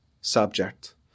subject